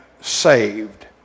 saved